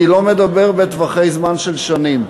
אני לא מדבר בטווחי זמן של שנים,